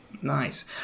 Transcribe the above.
Nice